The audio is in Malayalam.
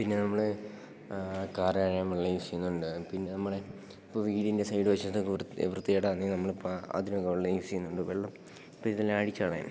പിന്നെ നമ്മള് കാര് കഴുകാന് വെള്ളം യൂസ് ചെയ്യുന്നുണ്ട് പിന്നെ നമ്മുടെ ഇപ്പോള് വീടിൻ്റെ സൈഡ് വശത്തൊക്കെ വൃത്തികേടാണെങ്കില് നമ്മള് അതിനുമൊക്കെ വെള്ളം യൂസ് ചെയ്യുന്നുണ്ട് വെള്ളം ഇപ്പോള് ഇതെല്ലാം അടിച്ചുകളയും